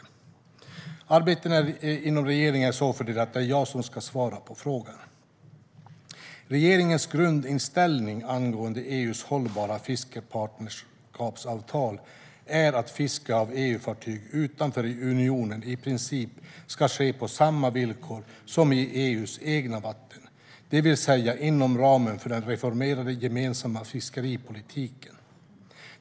Arbetet inom regeringen är så fördelat att det är jag som ska svara på frågan. Regeringens grundinställning angående EU:s hållbara fiskepartnerskapsavtal är att fiske av EU-fartyg utanför unionen i princip ska ske på samma villkor som i EU:s egna vatten, det vill säga inom ramen för den reformerade gemensamma fiskeripolitiken.